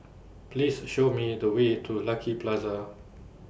Please Show Me The Way to Lucky Plaza